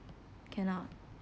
cannot